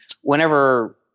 whenever